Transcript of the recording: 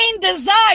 desire